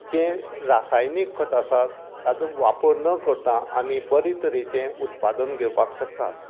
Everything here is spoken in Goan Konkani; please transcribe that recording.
जें रासायनीक खत आसा ताचो वापर न करता आमी बरें तरेचें उत्पादन घेवपाक शकतात